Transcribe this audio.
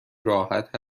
راحت